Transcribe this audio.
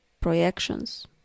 projections